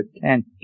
ten